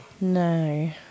No